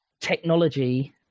technology